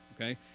Okay